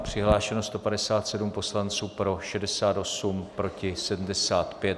Přihlášeno 157 poslanců, pro 68, proti 75.